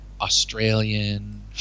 australian